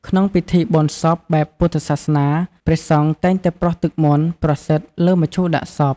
ក្នុងពិធីបុណ្យសពបែបពុទ្ធសាសនា ព្រះសង្ឃតែងតែប្រស់ទឹកមន្តប្រសិទ្ធិលើមឈូសដាក់សព។